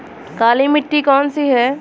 काली मिट्टी कौन सी है?